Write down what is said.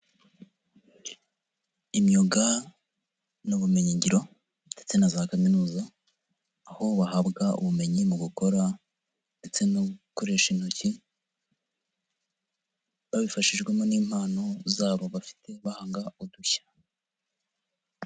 Imyuga n'ubumenyingiro ndetse na za kaminuza aho bahabwa ubumenyi mu gukora ndetse no gukoresha intoki, babifashijwemo n'impano zabo bafite bahanga udushya.